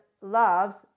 loves